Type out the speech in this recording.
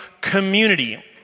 community